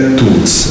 tools